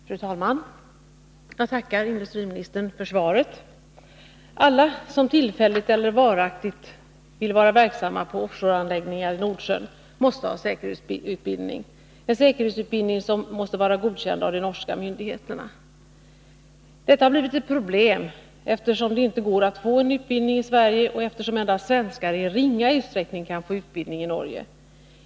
Fru talman! Jag tackar industriministern för svaret. Alla som tillfälligt eller varaktigt önskar vara verksamma på offshoreanläggningar i Nordsjön måste ha en säkerhetsutbildning som är godkänd av de norska myndigheterna. Detta har blivit ett problem, eftersom det inte går att få utbildning i Sverige och eftersom svenskar endast i ringa utsträckning kan få utbildning i Norge.